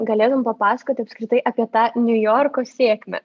galėtum papasakoti apskritai apie tą niujorko sėkmę